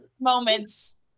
Moments